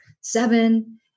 seven